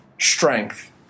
strength